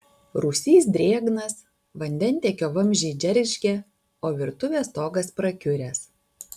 rūsys drėgnas vandentiekio vamzdžiai džeržgia o virtuvės stogas prakiuręs